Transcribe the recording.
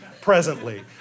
presently